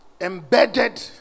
embedded